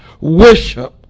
worship